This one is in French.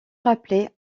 rappelé